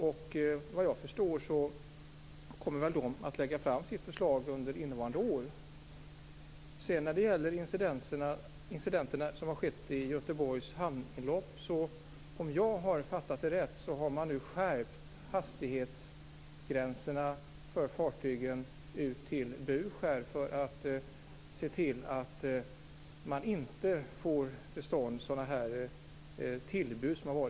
Såvitt jag förstår kommer förslaget att läggas fram under innevarande år. När det gäller de incidenter som har skett i Göteborgs hamninlopp kan jag säga att man nu, om jag har fattat det rätt, har skärpt hastighetsgränserna för fartygen ut till Buskär för att se till att några tillbud inte sker.